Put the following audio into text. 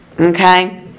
Okay